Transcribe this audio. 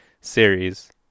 series